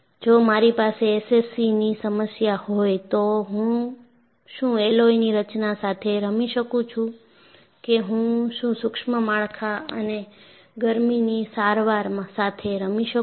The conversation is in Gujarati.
જો મારી પાસે SCC ની સમસ્યા હોય તો હું શું એલોયની રચના સાથે રમી શકું છું કે હું શું સુક્ષ્મ માળખાં અને ગરમીની સારવાર સાથે રમી શકું છું